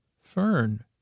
Fern